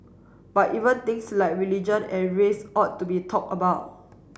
but even things like religion and race ought to be talked about